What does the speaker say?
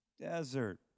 desert